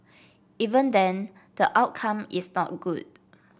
even then the outcome is not good